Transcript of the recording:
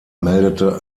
meldete